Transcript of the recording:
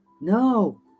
No